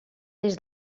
des